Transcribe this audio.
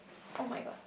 oh-my-god